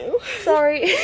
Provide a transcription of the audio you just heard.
Sorry